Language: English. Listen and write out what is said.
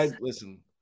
Listen